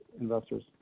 investors